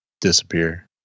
disappear